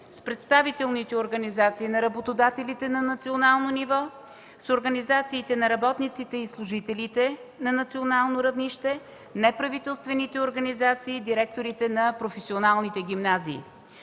с представителните организации на работодателите на национално ниво, с организациите на работниците и служителите на национално равнище, с неправителствените организации и директорите на професионалните гимназии.